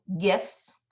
gifts